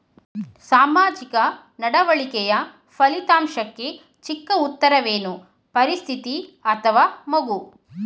ಸಾಮಾಜಿಕ ನಡವಳಿಕೆಯ ಫಲಿತಾಂಶಕ್ಕೆ ಚಿಕ್ಕ ಉತ್ತರವೇನು? ಪರಿಸ್ಥಿತಿ ಅಥವಾ ಮಗು?